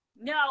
no